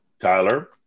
Tyler